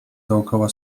dookoła